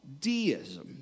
deism